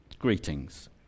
Greetings